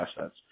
assets